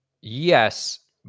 yes